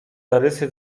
zarysy